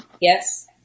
Yes